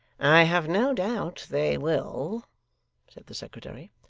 i have no doubt they will said the secretary.